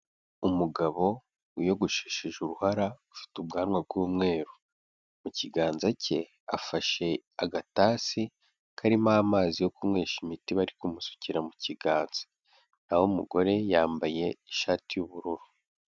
Umugabo wiyogosheshe uruhara ufite ubwanwa bw'umweru. Mu kiganza cye afashe agatasi karimo amazi yo kunywesha imiti bari kumusukira mu kiganza. Naho umugore yambaye ishati y'ubururu.